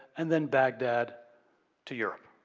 and then baghdad to europe.